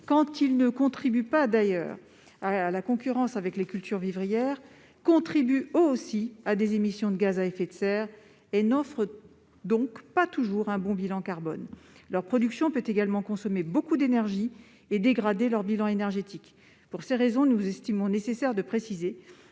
lorsqu'ils ne favorisent pas une concurrence avec les cultures vivrières, contribuent eux aussi à des émissions de gaz à effet de serre ; ils n'offrent donc pas toujours un bon bilan carbone. En outre, leur production même peut consommer beaucoup d'énergie et dégrader leur bilan énergétique. Pour ces raisons, nous estimons nécessaire de préciser